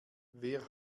wer